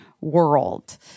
world